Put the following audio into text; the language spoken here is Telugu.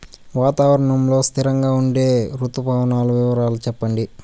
వాతావరణం లో స్థిరంగా ఉండే రుతు పవనాల వివరాలు చెప్పండి?